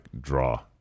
draw